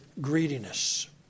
greediness